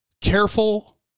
careful